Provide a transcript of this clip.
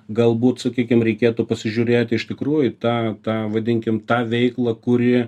galbūt sakykim reikėtų pasižiūrėti iš tikrųjų tą ta vadinkim tą veiklą kuri